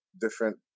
different